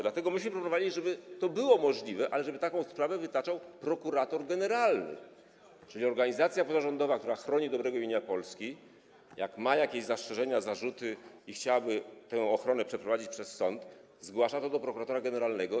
Dlatego myśmy proponowali, żeby to było możliwe, ale żeby taką sprawę wytaczał prokurator generalny - organizacja pozarządowa, która chroni dobre imię Polski, jak ma jakieś zastrzeżenia, zarzuty i chciałaby tę ochronę przeprowadzić przez sąd, zgłasza to do prokuratora generalnego.